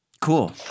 Cool